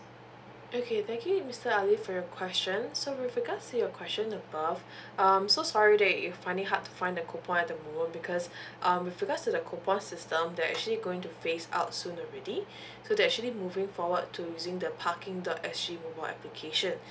okay thank you mister ali for your question so with regards to your question above um so sorry that you finding hard to find the coupon at the moment because um with regards to the coupon system they're actually going to phase out soon already so they actually moving forward to using the parking dot S G mobile application